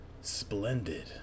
Splendid